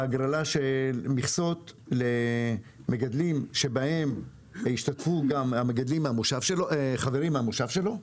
בהגרלה של מכסות למגדלים שהשתתפו גם חברים מהמושב שלו,